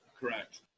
Correct